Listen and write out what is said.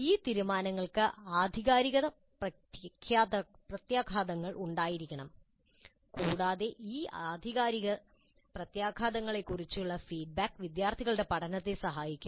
ഈ തീരുമാനങ്ങൾക്ക് ആധികാരിക പ്രത്യാഘാതങ്ങൾ ഉണ്ടായിരിക്കണം കൂടാതെ ഈ ആധികാരിക പ്രത്യാഘാതങ്ങളെക്കുറിച്ചുള്ള ഫീഡ്ബാക്ക് വിദ്യാർത്ഥികളുടെ പഠനത്തെ സഹായിക്കും